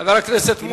חבר הכנסת מולה,